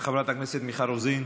חברת הכנסת מיכל רוזין,